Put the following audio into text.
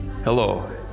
Hello